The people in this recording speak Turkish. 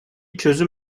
çözüm